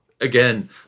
Again